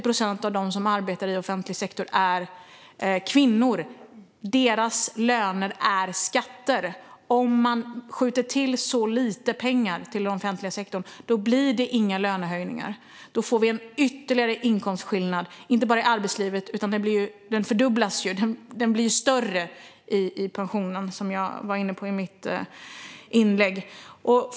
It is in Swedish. Av dem som arbetar i offentlig sektor är 80 procent kvinnor. Deras löner är skatter. Om man skjuter till så lite pengar till den offentliga sektorn blir det inga lönehöjningar. Då får vi en ytterligare inkomstskillnad, inte bara i arbetslivet. Den fördubblas - den blir större i pensionen, som jag var inne på i mitt inlägg.